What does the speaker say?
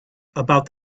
about